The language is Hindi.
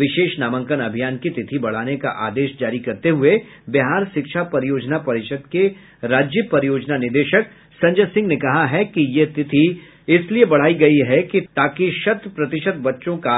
विशेष नामांकन अभियान की तिथि बढ़ाने का आदेश जारी करते हुये बिहार शिक्षा परियोजना परिषद के राज्य परियोजना निदेशक संजय सिंह ने कहा है यह तिथि इसलिए बढ़ाई गयी है कि ताकि शत प्रतिशत बच्चों का